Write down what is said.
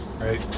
right